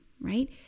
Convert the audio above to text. right